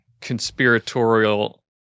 conspiratorial